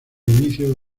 inicio